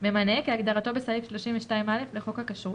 "ממנה" כהגדרתו בסעיף 32א לחוק הכשרות."